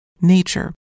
Nature